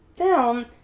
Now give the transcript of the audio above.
film